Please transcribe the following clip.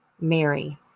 Mary